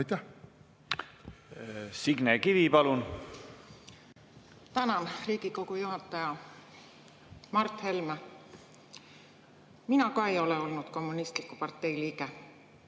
Signe Kivi, palun! Tänan, Riigikogu juhataja! Mart Helme! Mina ka ei ole olnud kommunistliku partei liige.